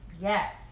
Yes